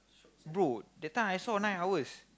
bro that time I saw nine hours